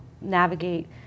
navigate